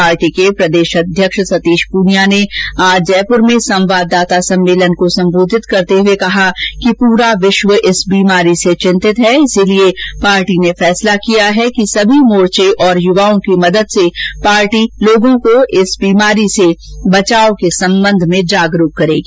party के प्रदेश अध्यक्ष सतीश प्रनिया ने आज जयपूर में एक संवाददाता सम्मेलन को संबोधित करते हुए कहा कि पूरा विश्व इस बीमारी से चिंतित है इसलिए पार्टी ने फैसला किया है कि सभी मोर्च और युवाओं की मदद से पार्टी लोगों को इस बीमारी से बचाव के संदर्भ में जागरूक करेगी